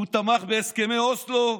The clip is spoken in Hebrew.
הוא תמך בהסכמי אוסלו,